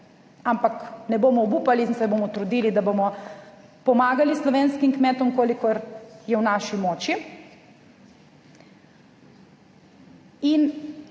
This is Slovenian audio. ampak ne bomo obupali in se bomo trudili, da bomo pomagali slovenskim kmetom kolikor je v naši moči.